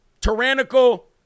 tyrannical